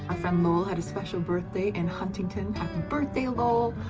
friend lowell had a special birthday in huntington, happy birthday lowell!